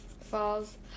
falls